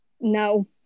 No